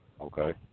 Okay